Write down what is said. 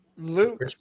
Luke